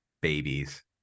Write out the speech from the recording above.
babies